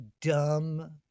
dumb